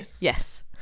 Yes